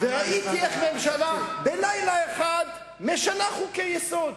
וראיתי את הממשלה בלילה אחד משנה חוקי-יסוד.